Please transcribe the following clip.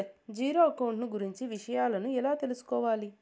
Zero account కు గురించి విషయాలను ఎలా తెలుసుకోవాలి?